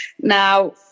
Now